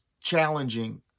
challenging